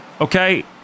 Okay